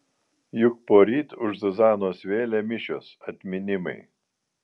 juk poryt už zuzanos vėlę mišios atminimai